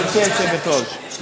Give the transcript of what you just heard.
גברתי היושבת-ראש.